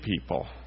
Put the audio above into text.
people